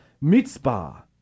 mitzvah